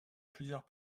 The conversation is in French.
plusieurs